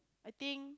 I think